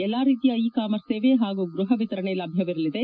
ಎಲ್ಲಾ ರೀತಿಯ e commerce ಸೇವೆ ಹಾಗೂ ಗೃಹ ವಿತರಣೆ ಲಭ್ಯವಿರಲಿದೆ